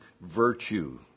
virtue